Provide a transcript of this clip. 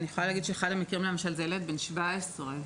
אחד המקרים הוא של ילד בן 17,